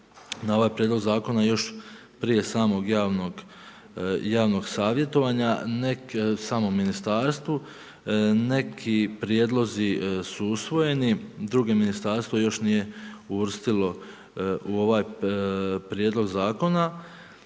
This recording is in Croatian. na ovaj prijedlog zakona još prije samog javnog savjetovanja. Neki prijedlozi su usvojeni, drugo ministarstvo još nije uvrstilo u ovaj prijedlog zakona,